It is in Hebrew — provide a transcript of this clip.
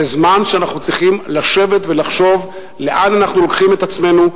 זה זמן שאנחנו צריכים לשבת ולחשוב לאן אנחנו לוקחים את עצמנו,